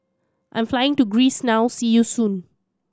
I am flying to Greece now see you soon